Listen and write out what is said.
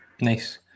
nice